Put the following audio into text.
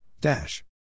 dash